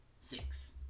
six